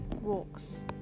Walks